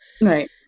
right